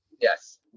yes